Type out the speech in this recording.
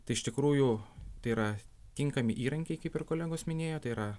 tai iš tikrųjų tai yra tinkami įrankiai kaip ir kolegos minėjo tai yra